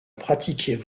pratiquaient